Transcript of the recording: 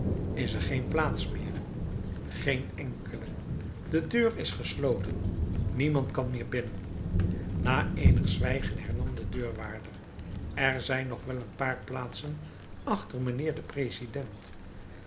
is er geen plaats meer geen enkele de deur is gesloten niemand kan meer binnen na eenig zwijgen hernam de deurwaarder er zijn nog wel een paar plaatsen achter mijnheer den president